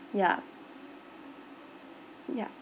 yup yup